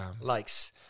likes